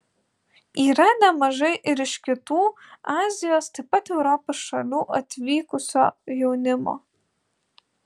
yra nemažai ir iš kitų azijos taip pat europos šalių atvykusio jaunimo